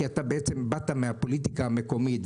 כי אתה באת מהפוליטיקה המקומית,